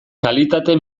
kalitate